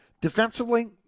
Defensively